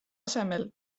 asemel